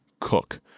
Cook